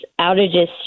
outages